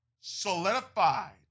solidified